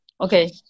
Okay